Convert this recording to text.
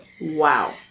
Wow